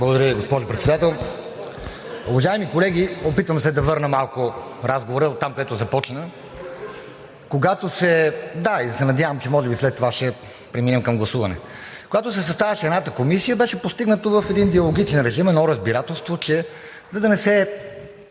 Благодаря Ви, госпожо Председател. Уважаеми колеги! Опитвам се да върна малко разговора оттам, където започна, и се надявам, че може би след това ще преминем към гласуване. Когато се съставяше едната комисия, беше постигнато в един диалогичен режим едно разбирателство, че за да не се